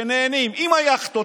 שנהנים עם היאכטות,